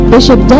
Bishop